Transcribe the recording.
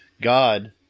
God